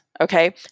Okay